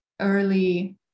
early